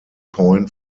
point